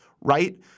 right